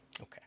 okay